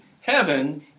heaven